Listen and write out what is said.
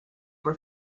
were